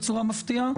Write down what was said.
בצורה מפתיעה.